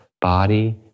Body